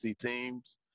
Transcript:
teams